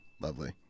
lovely